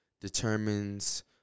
determines